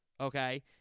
okay